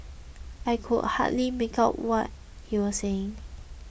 I could hardly make out what he was saying